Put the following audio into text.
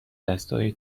دستای